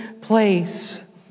place